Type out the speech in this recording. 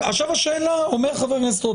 עכשיו השאלה, אומר חבר הכנסת רוטמן